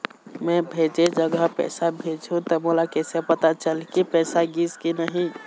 मैं भेजे जगह पैसा भेजहूं त मोला कैसे पता चलही की पैसा गिस कि नहीं?